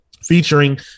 featuring